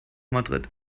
madrid